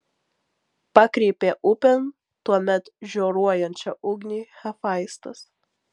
pakreipė upėn tuomet žioruojančią ugnį hefaistas